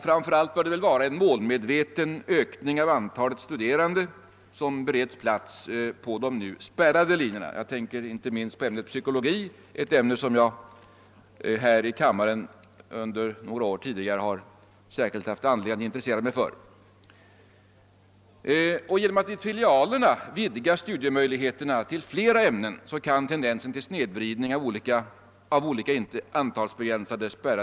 Framför allt bör det väl ske genom en målmedveten ökning av antalet studerande som bereds plats på de nu spärrade linjerna. Jag tänker inte minst på ämnet psykologi, ett ämne som jag här i kammaren under några år tidigare har haft anledning att särskilt intressera mig för. Genom att i filialerna vidga möjligheterna till studier i flera ämnen kan tendensen till snedyridning motverkas.